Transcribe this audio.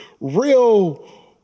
real